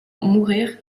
mourir